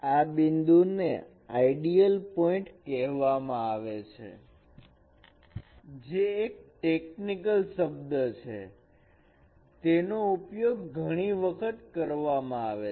આ બિંદુ ને આઈડિઅલ પોઇન્ટ કહેવામાં આવે છે જે એક ટેકનિકલ શબ્દ છે તેનો ઉપયોગ ઘણી વખત કરવામાં આવે છે